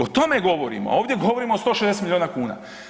O tome govorimo, ovdje govorimo o 160 milijuna kuna.